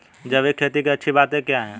जैविक खेती की अच्छी बातें क्या हैं?